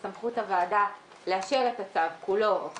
בסמכות הוועדה לאשר את הצו כולו או חלקו,